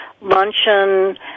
luncheon